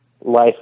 life